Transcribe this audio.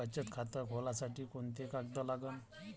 बचत खात खोलासाठी कोंते कागद लागन?